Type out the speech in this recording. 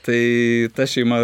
tai ta šeima